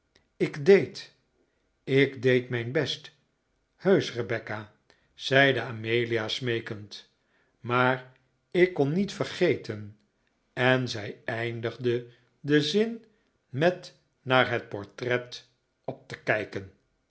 ik deed ik deed mijn best heusch rebecca zeide amelia smeekend maar ik kon niet vergeten en zij eindigde den zin met naar het portret op te kijken